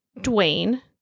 Dwayne